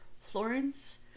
Florence